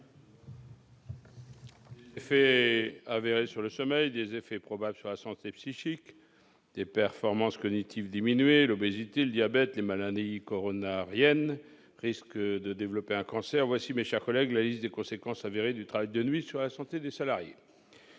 Des effets avérés sur le sommeil, des effets probables sur la santé psychique, des performances cognitives diminuées, l'obésité, le diabète, les maladies coronariennes, le risque de développer un cancer : voilà, mes chers collègues, la liste des conséquences avérées du travail de nuit sur la santé des salariés.